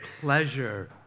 pleasure